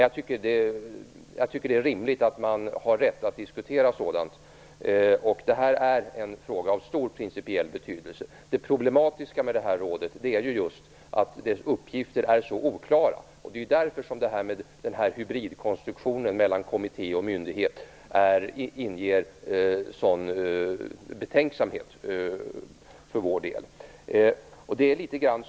Jag tycker att det är rimligt att man har rätt att diskutera sådant. Det här är en fråga av stor principiell betydelse. Det problematiska med rådet är just att dess uppgifter är så oklara. Det är därför hybridkonstruktionen mellan kommitté och myndighet inger sådan betänksamhet för vår del.